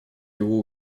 его